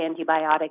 antibiotic